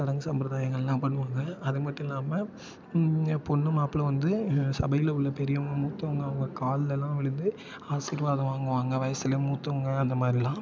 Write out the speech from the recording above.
சடங்கு சம்பரதாயங்கெல்லாம் பண்ணுவாங்க அது மட்டும் இல்லாமல் பொண்ணு மாப்பிள்ளை வந்து சபையில் உள்ள பெரியவங்கள் மூத்தவங்கள் அவங்க கால்லெல்லாம் விழுந்து ஆசீர்வாதம் வாங்குவாங்க வயசில் மூத்தவங்கள் அந்த மாதிரில்லாம்